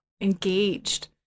engaged